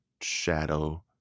shadow